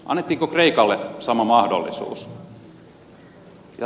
annettiinko kreikalle sama mahdollisuus